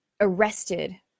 arrested